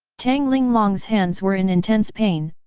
tang linglong's hands were in intense pain,